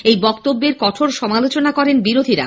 এই বক্তব্যের কঠোর সমালোচনা করেন বিরোধীরা